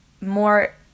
more